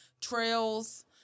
trails